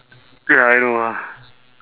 ya I know ah